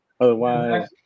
Otherwise